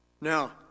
Now